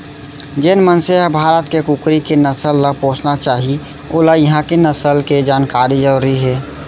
जेन मनसे ह भारत के कुकरी के नसल ल पोसना चाही वोला इहॉं के नसल के जानकारी जरूरी हे